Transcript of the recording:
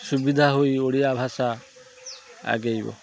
ସୁବିଧା ହୋଇ ଓଡ଼ିଆ ଭାଷା ଆଗେଇବ